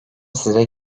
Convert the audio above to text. size